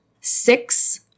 six